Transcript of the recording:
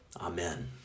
Amen